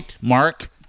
mark